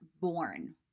born